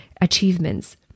achievements